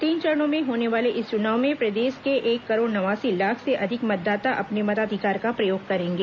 तीन चरणों में होने वाले इस चुनाव में प्रदेश के एक करोड़ नवासी लाख से अधिक मतदाता अपने मताधिकार का प्रयोग करेंगे